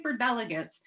superdelegates